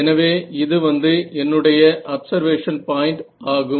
எனவே இது வந்து என்னுடைய அப்சர்வேஷன் பாயிண்ட் ஆகும்